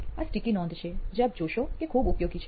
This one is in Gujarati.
આ સ્ટીકી નોંધ છે જે આપ જોશો કે ખુબ ઉપયોગી છે